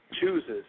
chooses